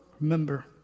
remember